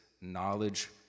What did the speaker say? knowledge